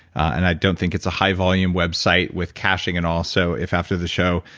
and i don't think it's high volume website with caching and all, so if after the show,